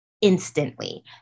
instantly